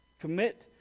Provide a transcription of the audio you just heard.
commit